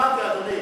לא שמעתי, אדוני.